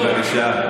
בבקשה.